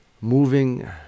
moving